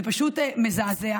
זה פשוט מזעזע.